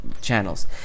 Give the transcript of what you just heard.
channels